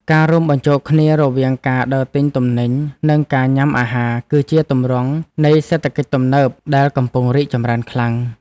ការរួមបញ្ចូលគ្នារវាងការដើរទិញទំនិញនិងការញ៉ាំអាហារ គឺជាទម្រង់នៃសេដ្ឋកិច្ចទំនើបដែលកំពុងរីកចម្រើនខ្លាំង។